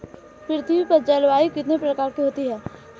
पृथ्वी पर जलवायु कितने प्रकार की होती है?